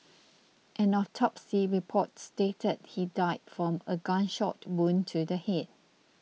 an autopsy report stated he died from a gunshot wound to the head